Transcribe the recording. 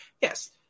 Yes